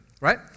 right